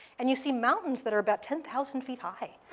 and you see mountains that are about ten thousand feet high.